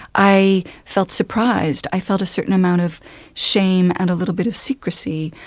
i felt surprised, i felt a certain amount of shame and a little bit of secrecy.